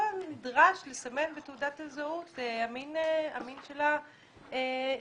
נדרש לסמן בתעודת הזהות המין של האדם?